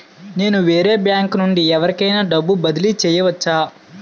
నేను వేరే బ్యాంకు నుండి ఎవరికైనా డబ్బు బదిలీ చేయవచ్చా?